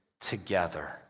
together